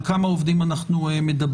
על כמה עובדים אנחנו מדברים.